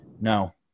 No